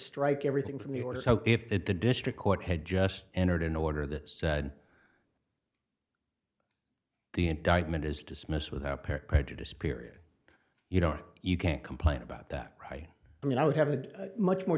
strike everything from the order so if the district court had just entered an order that said the indictment is dismissed without prejudice period you don't you can't complain about that i mean i would have a much more